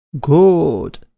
Good